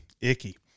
icky